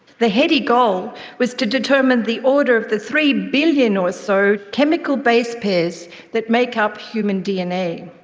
the heady goal was to determine the order of the three billion or so chemical base pairs that make up human dna,